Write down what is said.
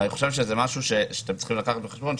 אני חושב שזה משהו שאתם צריכים להביא בחשבון,